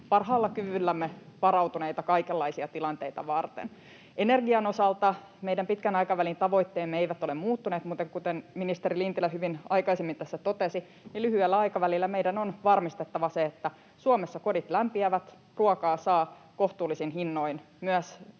parhaalla kyvyllämme varautuneita kaikenlaisia tilanteita varten. Energian osalta meidän pitkän aikavälin tavoitteemme eivät ole muuttuneet, mutta kuten ministeri Lintilä aikaisemmin tässä hyvin totesi, niin lyhyellä aikavälillä meidän on varmistettava se, että Suomessa kodit lämpiävät, ruokaa saa kohtuullisin hinnoin myös